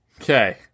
Okay